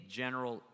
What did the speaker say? general